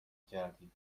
کردی